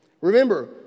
Remember